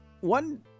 One